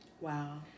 wow